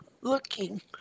looking